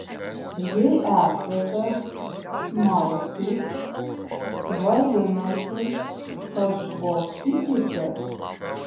jei esate smalsūs vadinasi kažko tikitės